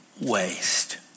waste